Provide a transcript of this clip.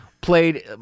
played